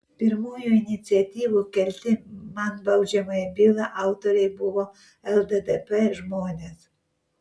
pirmųjų iniciatyvų kelti man baudžiamąją bylą autoriai buvo lddp žmonės